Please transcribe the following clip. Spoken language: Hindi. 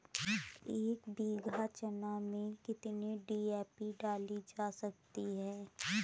एक बीघा चना में कितनी डी.ए.पी डाली जा सकती है?